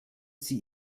sie